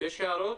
יש הערות?